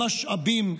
במשאבים,